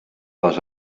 les